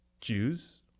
Jews